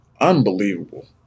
Unbelievable